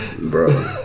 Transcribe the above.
bro